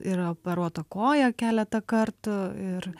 yra operuota koja keletą kartų ir